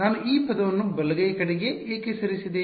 ನಾನು ಈ ಪದವನ್ನು ಬಲಗೈ ಕಡೆಗೆ ಏಕೆ ಸರಿಸಿದೆ